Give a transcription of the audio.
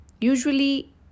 Usually